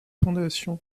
fondation